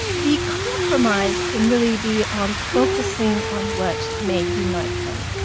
the compromise can really be on focusing on what may unite them.